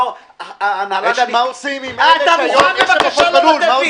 מה עושים עם אלה שבלול --- אתה מוכן בבקשה לתת לי.